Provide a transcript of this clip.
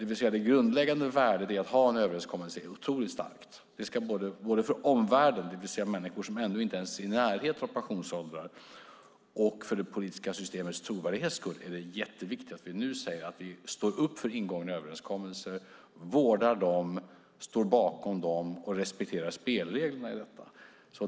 Det grundläggande värdet i att ha en överenskommelse är oerhört starkt. Både för omvärlden, det vill säga för människor som ännu inte ens är i närheten av pensionsålder, och för det politiska systemets trovärdighet är det mycket viktigt att vi säger att vi står upp för ingångna överenskommelser, vårdar dem, står bakom dem och respekterar spelreglerna.